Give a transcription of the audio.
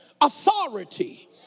authority